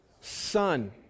son